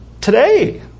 today